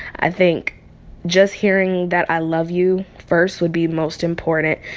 i think just hearing that i love you first would be most important.